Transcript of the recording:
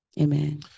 Amen